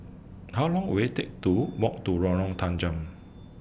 How Long Will IT Take to Walk to Lorong Tanggam